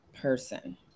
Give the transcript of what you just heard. person